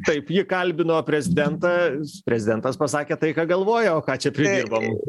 taip ji kalbino prezidentą prezidentas pasakė tai ką galvoja o ką čia pridirbom